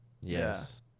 yes